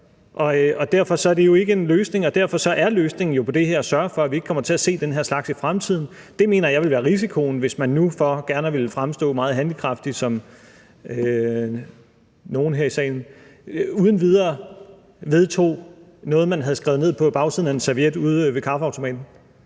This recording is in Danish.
Derfor er det jo ikke en løsning, og derfor er løsningen på det her at sørge for, at vi ikke kommer til at se den slags i fremtiden. Det mener jeg ville være risikoen, hvis man nu for gerne at ville fremstå meget handlekraftig, som nogle her i salen vil, uden videre vedtog noget, man havde skrevet ned på bagsiden af en serviet ude ved kaffeautomaten.